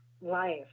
life